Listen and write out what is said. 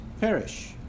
perish